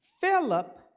Philip